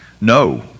No